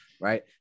right